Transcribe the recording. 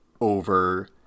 over